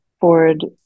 Ford